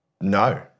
no